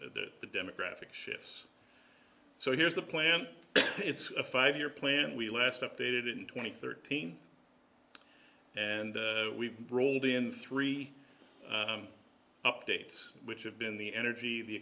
the demographic shifts so here's the plan it's a five year plan we last updated in twenty thirteen and we've brought in three updates which have been the energy the